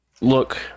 look